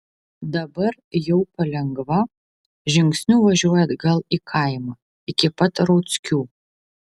dabar jau palengva žingsniu važiuoja atgal į kaimą iki pat rauckių